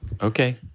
Okay